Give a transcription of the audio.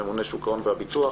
ממונה שוק ההון והביטוח,